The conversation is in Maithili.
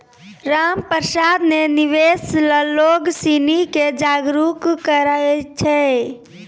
रामप्रसाद ने निवेश ल लोग सिनी के जागरूक करय छै